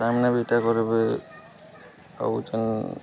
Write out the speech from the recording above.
ସମ୍ନା ବି ଟା କରବେ ଆଉ ଯ